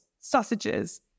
sausages